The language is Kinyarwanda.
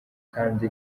kdi